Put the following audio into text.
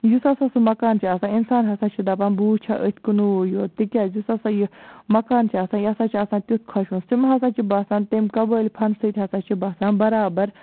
یُس ہسا سُہ مکان چھُ آسان اِنسان ہسا چھُ دَپان بہٕ وٕچھِ ہا أتھۍ کُنٕے یوت تِکیازِ یُس ہسا یہِ مکان چھُ آسان یہِ ہسا چھُ آسان تِیُتھ خۄشوُن تِم ہسا چھِ باسان تَمہِ قبٲیل فن سۭتۍ ہسا چھِ باسان بَرابر